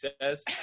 says